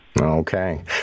Okay